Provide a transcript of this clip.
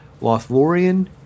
Lothlorien